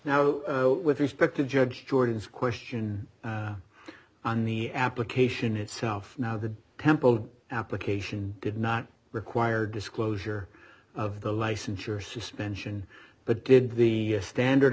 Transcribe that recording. now with respect to judge jordan's question on the application itself now the temple application did not require disclosure of the licensure suspension but did the standard